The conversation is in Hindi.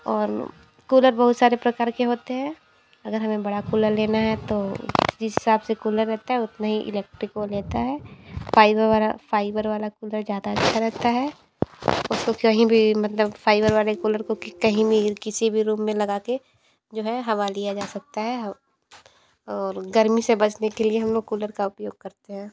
और कूलर बहुत सारे प्रकार के होते हैं अगर हमें बड़ा कूलर लेना है तो जिस हिसाब से कूलर रहता है उतना इलेक्ट्रिक वो लेता है फाइबर फाइबर वाला कूलर ज़्यादा अच्छा लगता है उसको कहीं भी मतलब फाइबर वाले कूलर को कही भी किसी भी रूम में लगाकर जो है हवा लिया जा सकता है और गर्मी से बचने के लिए हम लोग कूलर का उपयोग करते हैं